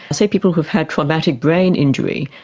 say, people who have had traumatic brain injury,